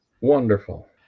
Wonderful